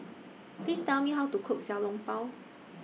Please Tell Me How to Cook Xiao Long Bao